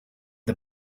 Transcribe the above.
the